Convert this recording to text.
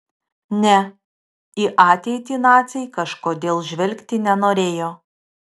ne į ateitį naciai kažkodėl žvelgti nenorėjo